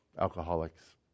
Alcoholics